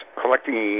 collecting